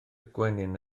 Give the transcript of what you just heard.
gwenyn